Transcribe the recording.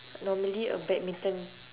normally a badminton